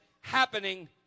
happening